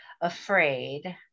afraid